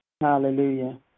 Hallelujah